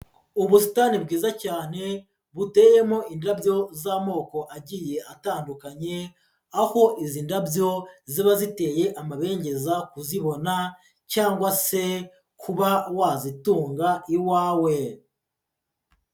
Ubusitani bwiza cyane buteyemo indabyo z'amoko agiye atandukanye, aho izi ndabyo ziba ziteye amabengeza kuzibona cyangwa se kuba wazitunga iwawe.